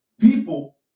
People